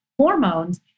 Hormones